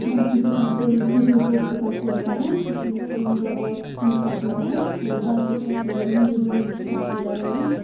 باقٕے چھِ کانٛہہ فضوٗل پوسٹہٕ چھِ کانٛہہ یا شِیَر کَران سُہ چھِنہٕ أسۍ مطلب سُہ چھِنہٕ أسۍ پَسنٛد کَران کینٛہہ باقٕے چھِ اَسہِ مطلب نِوٕز وٕزِ چھِ پَسنٛد کَران أسۍ